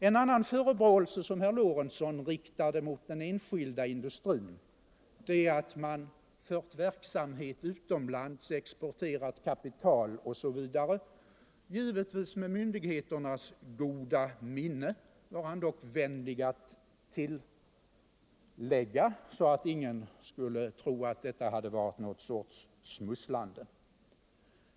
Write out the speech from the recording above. En annan förebråelse som herr Lorentzon riktade mot den enskilda industrin är att man för verksamhet utomlands exporterat kapital osv. - givetvis med myndigheternas goda minne, var han dock vänlig att. tillägga, så att ingen skulle tro att detta hade varit någon sorts smusslande.